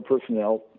personnel